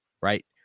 right